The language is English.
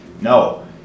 no